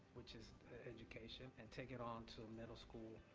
which is education, and take it on to the middle school,